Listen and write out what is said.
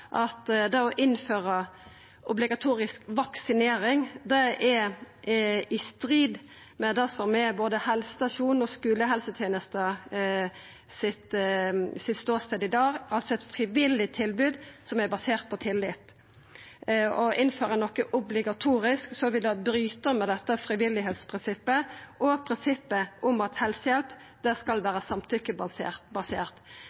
at det å innføra obligatorisk vaksinering er i strid med det som er ståstaden til både helsestasjonane og skulehelsetenesta i dag, altså eit frivillig tilbod som er basert på tillit. Å innføra noko obligatorisk vil bryta med dette frivilligprinsippet og prinsippet om at helsehjelp skal vera samtykkebasert. Arbeidarpartiet føreslo også at det